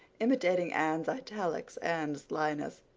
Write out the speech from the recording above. imitating anne's italics and slyness.